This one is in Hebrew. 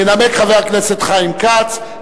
ינמק חבר הכנסת חיים כץ,